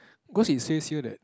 cause it says here that